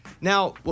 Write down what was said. Now